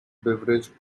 beverage